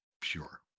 pure